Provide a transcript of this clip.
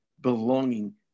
belonging